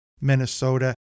Minnesota